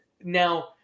Now